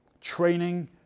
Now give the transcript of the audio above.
training